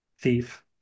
thief